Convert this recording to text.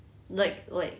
like like